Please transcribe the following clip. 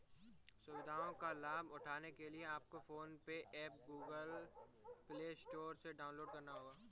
सुविधाओं का लाभ उठाने के लिए आपको PhonePe app Google Play Store से डाउनलोड करना होगा